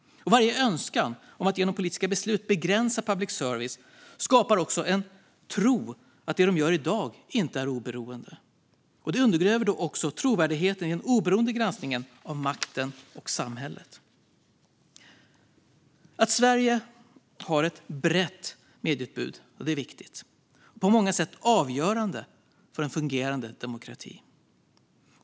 Varje önskan om att genom politiska beslut begränsa public service skapar också en tro att det de gör i dag inte är oberoende. Det undergräver då också trovärdigheten i den oberoende granskningen av makten och samhället. Att Sverige har ett brett medieutbud är viktigt och på många sätt avgörande för en fungerande demokrati.